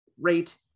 rate